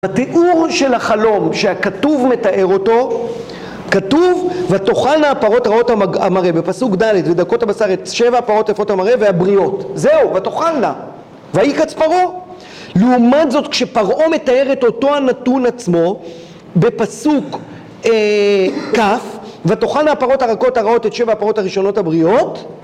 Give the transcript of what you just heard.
בתיאור של החלום, שהכתוב מתאר אותו, כתוב ותאכלנה הפרות רעות המראה בפסוק ד', ודקות הבשר, את שבע הפרות יפות המראה והבריאות. זהו, ותאכלנה, וייקץ פרעה. לעומת זאת, כשפרעה מתאר את אותו הנתון עצמו, בפסוק כ', ותאכלנה הפרות הרקות הרעות את שבע הפרות הראשונות הבריאות